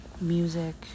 music